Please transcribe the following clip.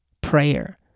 prayer